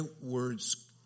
words